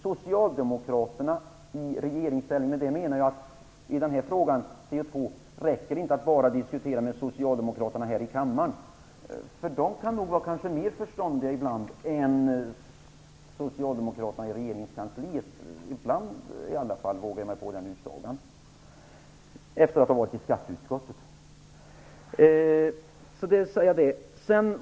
Socialdemokraterna är i regeringsställning. Med det menar jag att det i denna fråga, dvs. koldioxidskatten, inte räcker att bara diskutera med socialdemokraterna här i kammaren. De kan nog ibland vara mer förståndiga än socialdemokraterna i regeringskansliet. Jag vågar mig på den utsagan, efter att ha varit i skatteutskottet.